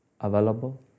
available